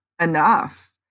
enough